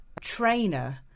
Trainer